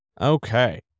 Okay